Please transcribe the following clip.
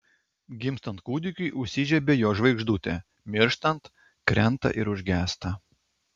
gimstant kūdikiui užsižiebia jo žvaigždutė mirštant krenta ir užgęsta